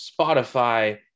spotify